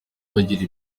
bagira